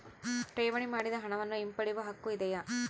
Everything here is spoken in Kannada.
ಠೇವಣಿ ಮಾಡಿದ ಹಣವನ್ನು ಹಿಂಪಡೆಯವ ಹಕ್ಕು ಇದೆಯಾ?